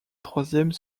troisième